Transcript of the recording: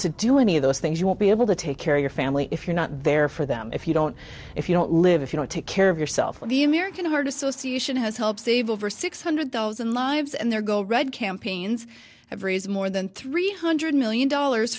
to do any of those things you won't be able to take care of your family if you're not there for them if you don't if you don't live if you don't take care of yourself with the american heart association has helped save over six hundred thousand lives and there go read campaigns every is more than three hundred million dollars